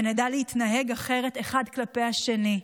ונדע להתנהג אחרת אחד כלפי השני.